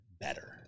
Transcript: better